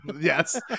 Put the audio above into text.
Yes